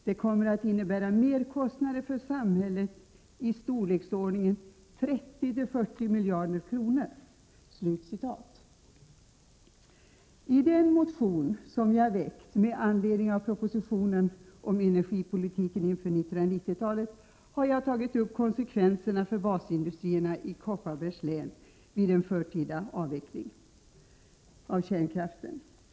Det kommer att innebära merkostnader för samhället i storleksordningen 30-40 miljarder kronor.” I den motion som jag väckt med anledning av propositionen om energipolitiken inför 1990-talet har jag tagit upp konsekvenserna för basindustrierna i Kopparbergs län vid en förtida avveckling av kärnkraften.